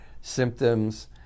symptoms